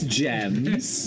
gems